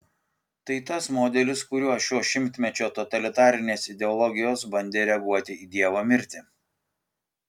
tai tas modelis kuriuo šio šimtmečio totalitarinės ideologijos bandė reaguoti į dievo mirtį